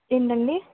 ఏంటండి